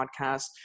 podcast